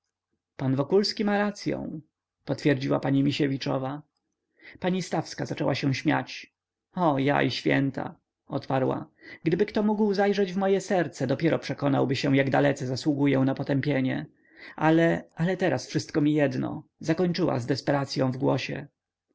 wokulski ma racyą potwierdziła pani misiewiczowa pani stawska zaczęła się śmiać o ja i święta odparła gdyby kto mógł zajrzeć w moje serce dopiero przekonałby się jak dalece zasługuję na potępienie ach ale teraz wszystko mi jedno zakończyła z desperacyą w głosie